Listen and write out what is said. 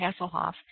Hasselhoff